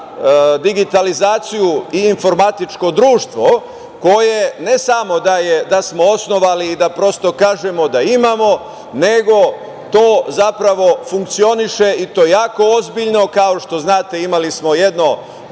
digitalizaciju i informatičko društvo, koje ne samo da smo osnovali da prosto kažemo da imamo, nego to zapravo funkcioniše, i to jako ozbiljno, kao što znate, imali smo jedno